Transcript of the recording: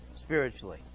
spiritually